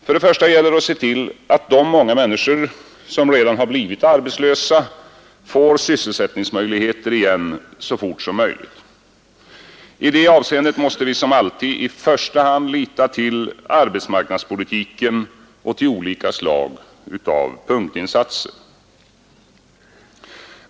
För det första gäller det att se till att de många människor som redan har blivit arbetslösa får sysselsättningsmöjligheter igen så fort som möjligt. I detta avseende måste vi som alltid lita till arbetsmarknadspolitiken och till olika slag av punktinsatser i första hand.